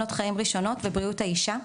שנות חיים ראשונות ובריאות האישה,